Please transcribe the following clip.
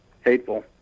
hateful